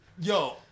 Yo